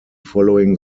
following